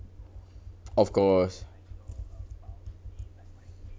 of course